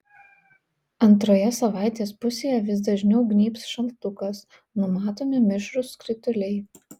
antroje savaitės pusėje vis dažniau gnybs šaltukas numatomi mišrūs krituliai